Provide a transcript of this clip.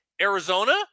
Arizona